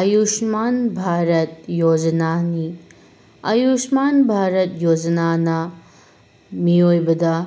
ꯑꯌꯨꯁꯃꯥꯟ ꯚꯥꯔꯠ ꯌꯣꯖꯥꯅꯥꯅꯤ ꯑꯌꯨꯁꯃꯥꯟ ꯚꯥꯔꯠ ꯌꯣꯖꯥꯅꯥꯅ ꯃꯤꯑꯣꯏꯕꯗ